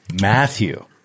Matthew